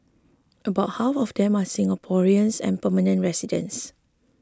about half of them are Singaporeans and permanent residents